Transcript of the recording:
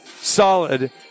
solid